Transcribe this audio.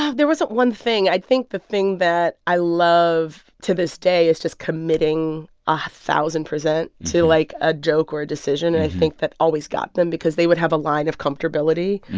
there wasn't one thing. i think the thing that i love to this day is just committing a thousand percent to, like, a joke or a decision. and i think that always got them because they would have a line of comfortability.